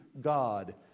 God